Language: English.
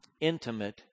intimate